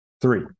Three